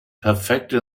perfekte